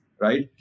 right